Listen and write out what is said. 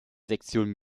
sektion